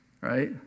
right